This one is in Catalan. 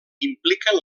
impliquen